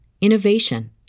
innovation